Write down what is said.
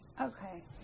Okay